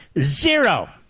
Zero